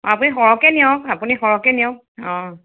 আপুনি সৰহকে নিয়ক আপুনি সৰহকে নিয়ক অঁ